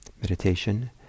meditation